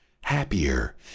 happier